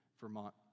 Vermont